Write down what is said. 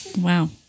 Wow